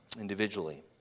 individually